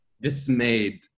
dismayed